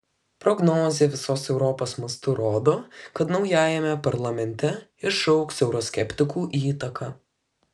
prognozė visos europos mastu rodo kad naujajame parlamente išaugs euroskeptikų įtaka